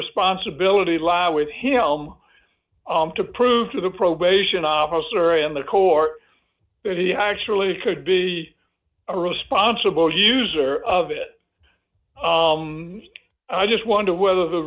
responsibility lie with him to prove to the probation officer and the court that he actually could be a responsible user of it and i just wonder whether the